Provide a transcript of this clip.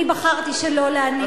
אני בחרתי שלא להיניק,